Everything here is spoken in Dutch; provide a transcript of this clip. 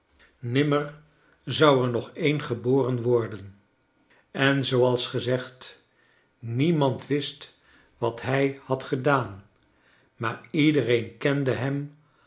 nimmer zou er nog een geboren worden en zooals gezegd niemand wist wat hij had gedaan maar iedereen kende hem